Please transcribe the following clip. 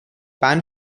pan